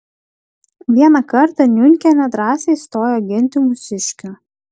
vieną kartą niunkienė drąsiai stojo ginti mūsiškių